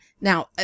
now